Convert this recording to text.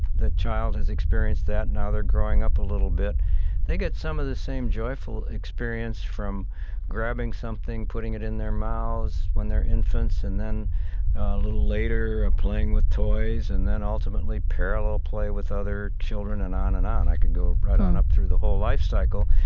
the child has experienced that and now they're growing up a little bit they get some of the same joyful experience from grabbing something, putting it in their mouths when they're infants, and then a little later, ah playing with toys, and then ultimately, parallel play with other children and on and on. i could go right on up through the whole life cycle,